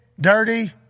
Dirty